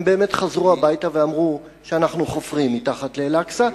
הם באמת חזרו הביתה ואמרו שאנחנו חופרים מתחת לאל-אקצא,